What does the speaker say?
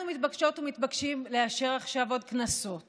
אנחנו מתבקשות ומתבקשים לאשר עכשיו עוד קנסות